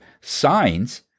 signs